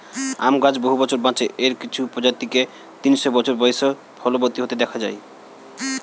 আম গাছ বহু বছর বাঁচে, এর কিছু প্রজাতিকে তিনশো বছর বয়সেও ফলবতী হতে দেখা যায়